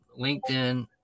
LinkedIn